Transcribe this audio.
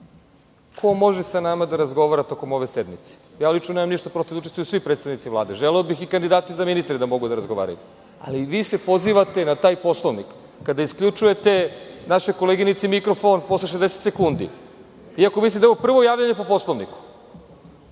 ko može sa nama da razgovara tokom ove sednice. Nemam lično protiv da učestvuju svi predstavnici Vlade, želeo bih i kandidati za ministre da mogu da razgovaraju. Ali vi se pozivate na taj Poslovnik kada isključujete našoj koleginici mikrofon posle 60 sekundi, iako mislim da je ovo prvo javljanje po Poslovniku. Molim